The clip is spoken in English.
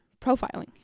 profiling